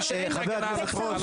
חבר הכנסת רוט,